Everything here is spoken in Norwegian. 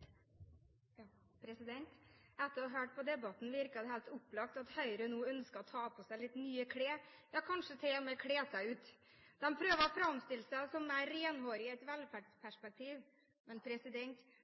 ja, kanskje til og med kle seg ut. De prøver å framstille seg som mer renhårige i et velferdsperspektiv, men